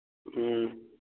ꯎꯝ